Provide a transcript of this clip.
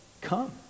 come